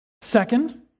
Second